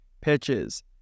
pitches